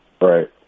Right